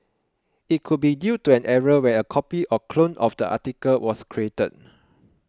it could be due to an error where a copy or clone of the article was created